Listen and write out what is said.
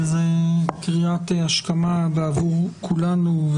זאת קריאת השכמה בעבור כולנו,